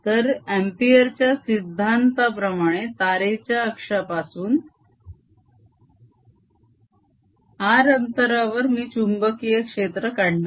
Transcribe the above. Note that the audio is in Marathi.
तर अम्पिअर च्या सिद्धांताप्रमाणे तारेच्या अक्षापासून r अंतरावर मी चुंबकीय क्षेत्र काढणार आहे